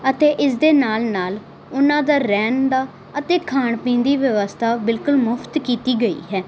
ਅਤੇ ਇਸਦੇ ਨਾਲ ਨਾਲ ਉਨ੍ਹਾਂ ਦਾ ਰਹਿਣ ਦਾ ਅਤੇ ਖਾਣ ਪੀਣ ਦੀ ਵਿਵਸਥਾ ਬਿਲਕੁਲ ਮੁਫ਼ਤ ਕੀਤੀ ਗਈ ਹੈ